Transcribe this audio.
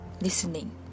listening